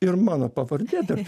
ir mano pavardė dar